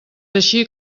així